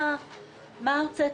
מה הוצאתם?